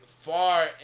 far